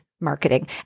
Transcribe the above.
marketing